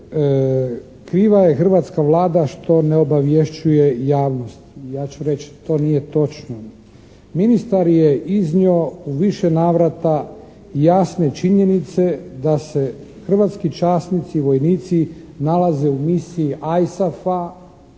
Kriva je hrvatska Vlada što ne obavješćuje javnost. Ja ću reći to nije točno. Ministar je iznio u više navrata jasne činjenice da se hrvatski časnici, vojnici nalaze u misiji ISAF-a